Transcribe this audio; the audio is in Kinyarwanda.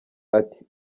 ati